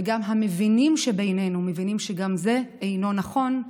והמבינים שבינינו מבינים שגם זה לא נכון,